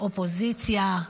אופוזיציה,